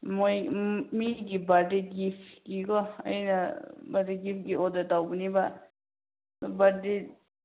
ꯃꯣꯏ ꯃꯤꯒꯤ ꯕꯥꯔꯠꯗꯦ ꯒꯤꯐꯀꯤ ꯀꯣ ꯑꯩꯅ ꯕꯥꯔꯠꯗꯦ ꯒꯤꯐꯀꯤ ꯑꯣꯔꯗꯔ ꯇꯧꯕꯅꯦꯕ ꯕꯥꯔꯠꯗꯦ